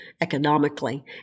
economically